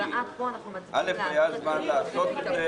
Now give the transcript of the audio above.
דבר ראשון, היה זמן לעשות את זה